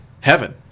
Heaven